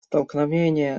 столкновение